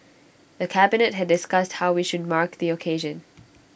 the cabinet had discussed how we should mark the occasion